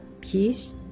peace